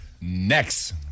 Next